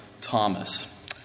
Thomas